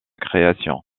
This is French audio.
création